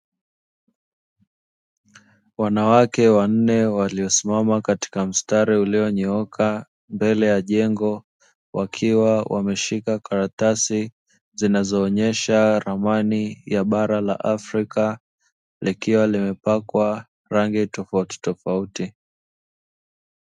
wanawake wanne waliosimama katika mstari ulionyooka mbele ya jengo, wakiwa wameshika karatasi zinazoonyesha ramani ya bara la Afrika, liliwa limepakwa rangi tofautitofauti.